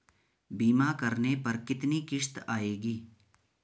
बीमा करने पर कितनी किश्त आएगी?